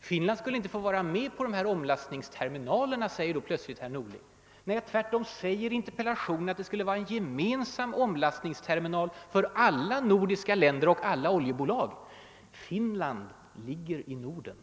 Finland skulle inte få vara med på dessa omlastningsterminaler, menar då plötsligt herr Norling. I interpellationen har jag tvärtom framhållit att det skulle vara en gemensam omlastningsterminal för alla »de nordiska länderna» och för alla oljebolag. Finland ligger i Norden.